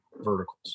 verticals